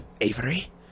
Avery